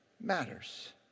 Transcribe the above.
matters